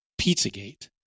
Pizzagate